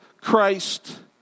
Christ